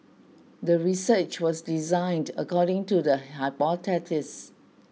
the research was designed according to the hypothesis